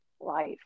life